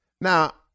Now